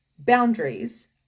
boundaries